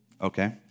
Okay